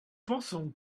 pensons